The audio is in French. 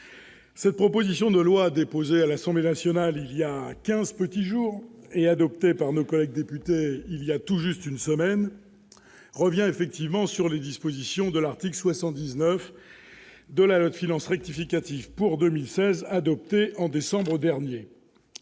cette proposition de loi, déposée à l'Assemblée nationale il y a quinze petits jours et adoptée par nos collègues députés voilà tout juste une semaine, revient sur les dispositions de l'article 79 de la loi de finances rectificative pour 2016, adoptée en décembre dernier.